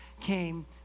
came